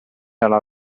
alla